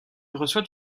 reçoit